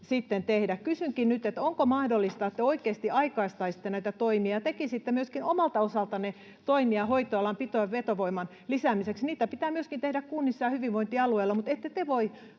Kysynkin nyt: Onko mahdollista, että te oikeasti aikaistaisitte näitä toimia ja tekisitte myöskin omalta osaltanne toimia ja hoitoalan pito- ja vetovoiman lisäämiseksi? Niitä pitää tehdä myöskin kunnissa ja hyvinvointialueilla, mutta ette te voi